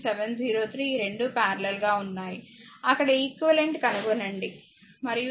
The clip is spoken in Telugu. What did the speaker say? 703 ఈ 2 పారలెల్ గా ఉన్నాయి అక్కడ ఈక్వివలెంట్ కనుగొనండి మరియు ఈ 13Ω 4